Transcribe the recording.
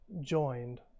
joined